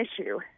issue